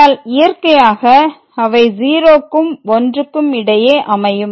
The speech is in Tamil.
ஆனால் இயற்கையாக அவை 0க்கும் 1க்கும் இடையே அமையும்